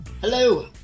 Hello